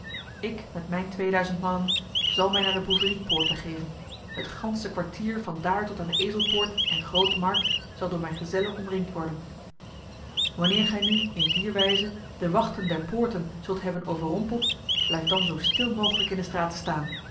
ik met mijn tweeduizend mannen zal mij naar de boeveriepoort begeven het ganse kwartier van daar tot aan de ezelpoort en grote markt zal door mijn gezellen omringd worden wanneer gij nu in dier wijze de wachten der poorten zult hebben overrompeld blijft dan zo stil mogelijk in de straten staan